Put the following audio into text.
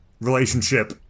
relationship